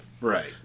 right